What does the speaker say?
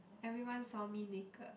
everyone saw me naked